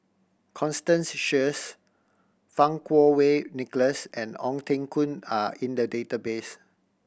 Constance Sheares Fang Kuo Wei Nicholas and Ong Teng Koon are in the database